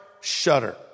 shudder